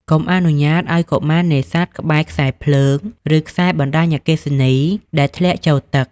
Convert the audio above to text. កុំអនុញ្ញាតឱ្យកុមារនេសាទក្បែរ ខ្សែភ្លើង ឬខ្សែបណ្តាញអគ្គិសនីដែលធ្លាក់ចូលទឹក។